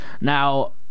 Now